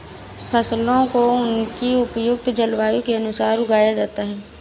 फसलों को उनकी उपयुक्त जलवायु के अनुसार उगाया जाता है